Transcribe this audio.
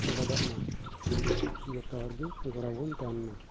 ᱥᱮᱞᱮᱫᱚᱜ ᱢᱟ ᱡᱚᱛᱚ ᱦᱚᱲ ᱜᱮ ᱜᱚᱲᱚ ᱵᱚᱱ ᱛᱟᱦᱮᱱ ᱢᱟ